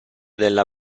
della